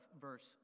verse